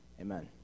Amen